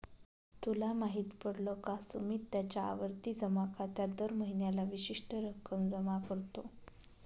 तुला माहित पडल का? सुमित त्याच्या आवर्ती जमा खात्यात दर महीन्याला विशिष्ट रक्कम जमा करतो